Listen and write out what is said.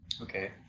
Okay